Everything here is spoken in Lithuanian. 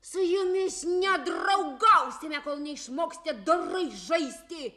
su jumis nedraugausime kol neišmoksite dorai žaisti